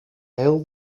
heel